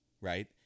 Right